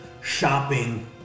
shopping